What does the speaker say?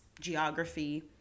geography